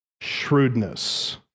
shrewdness